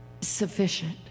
Sufficient